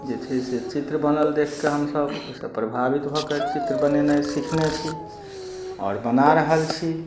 जे छै से चित्र बनल देख कऽ हमसब ओइसँ प्रभावित भऽ कऽ चित्र बनेनाइ सिखने छी आओर बना रहल छी